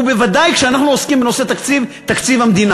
ובוודאי כשאנחנו עוסקים בנושא תקציב המדינה.